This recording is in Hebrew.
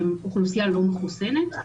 שהם אוכלוסייה לא מחוסנת.